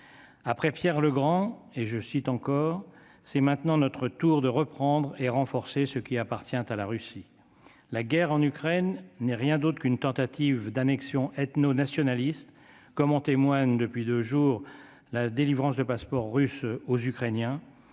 après Pierre le Grand et je cite encore : c'est maintenant notre tour de reprendre et renforcer ce qui appartient à la Russie, la guerre en Ukraine n'est rien d'autre qu'une tentative d'annexion ethno-nationalistes comme en témoigne : depuis 2 jours, la délivrance de passeports russes aux Ukrainiens